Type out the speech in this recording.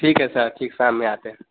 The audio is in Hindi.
ठीक है सर ठीक है शाम में आते हैं